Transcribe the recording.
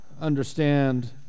understand